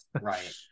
right